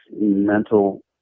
mental